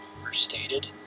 overstated